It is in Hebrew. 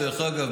דרך אגב,